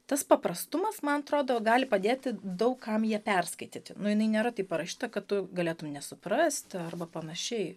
tas paprastumas man atrodo gali padėti daug kam ją perskaityti nu jinai nėra taip parašyta kad tu galėtum nesuprasti arba panašiai